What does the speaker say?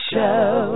Show